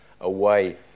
away